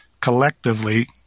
collectively